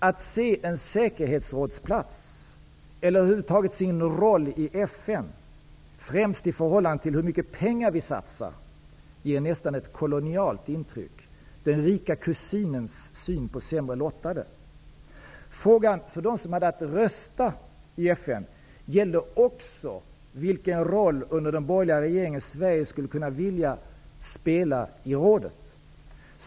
Att se en säkerhetsrådsplats eller över huvud taget sin roll i FN främst i förhållande till hur mycket pengar man satsar, ger nästan ett kolonialt intryck: den rika kusinens syn på sämre lottade. Frågan för dem som hade att rösta i FN gällde också vilken roll Sverige under den borgerliga regeringen skulle kunna och vilja spela i rådet.